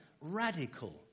radical